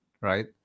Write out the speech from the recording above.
right